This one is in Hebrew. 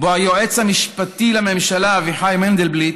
שבו היועץ המשפטי לממשלה אביחי מנדלבליט